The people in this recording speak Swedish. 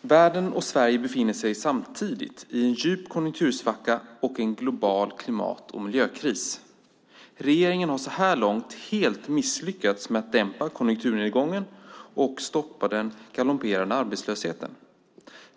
Världen och Sverige befinner sig samtidigt i en djup konjunktursvacka och en global klimat och miljökris. Regeringen har hittills helt misslyckats med att dämpa konjunkturnedgången och stoppa den galopperande arbetslösheten.